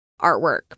artwork